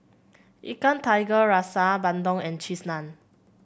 Ikan Tiga Rasa bandung and Cheese Naan